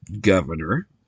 governor